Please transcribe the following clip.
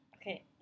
Okay